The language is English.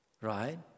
right